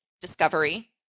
discovery